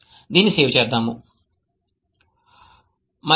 దీన్ని సేవ్ చేద్దాం సరే